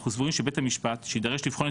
אנחנו סבורים שבית המשפט שיידרש לבחון את